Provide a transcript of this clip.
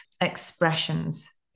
expressions